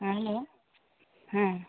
ᱦᱮᱸ ᱦᱮᱞᱳ ᱦᱮᱸ